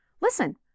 listen